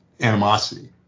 animosity